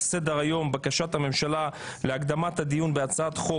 על סדר היום: בקשת המשלה להקדמת הדיון בהצעת חוק